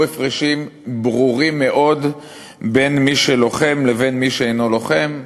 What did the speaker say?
הפרשים ברורים מאוד בין מי שלוחם לבין מי שאינו לוחם.